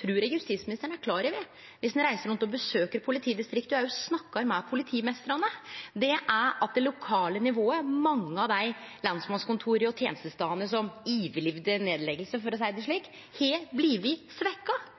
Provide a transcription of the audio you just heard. trur eg justisministeren blir klar over dersom han reiser rundt og besøkjer politidistrikta og òg snakkar med politimeistrane – er at det lokale nivået, mange av dei lensmannskontora og tenestestadene som overlevde nedlegginga, for å seie det